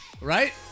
right